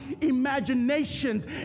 imaginations